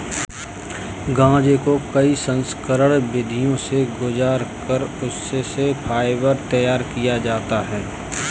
गांजे को कई संस्करण विधियों से गुजार कर उससे फाइबर तैयार किया जाता है